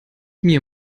mir